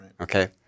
okay